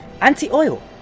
Anti-oil